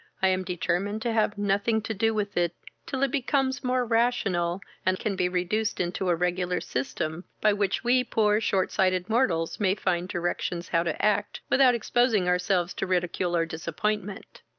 i am determined to have nothing to do with it, till it becomes more rational, and can be reduced into a regular system, by which we poor short-sighted mortals may find directions how to act, without exposing ourselves to ridicule or disappointment.